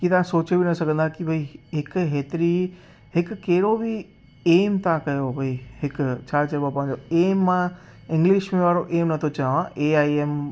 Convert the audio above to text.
कि तव्हां सोचे बि न सघंदा कि भई हिकु हेतिरी हिकु कहिड़ो बि एइम था कयो भई हिकु छा चइबो आहे पंहिंजो एइम आहे इंग्लिश में वारो एइम नथो चवां ए आई एम